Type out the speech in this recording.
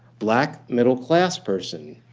black, middle-class person.